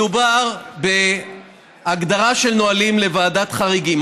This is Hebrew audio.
מדובר בהגדרה של נהלים לוועדת חריגים.